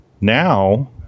Now